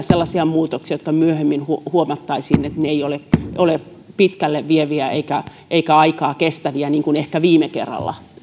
sellaisia muutoksia joista myöhemmin huomattaisiin että ne eivät ole pitkälle vieviä eivätkä eivätkä aikaa kestäviä niin kuin ehkä viime kerralla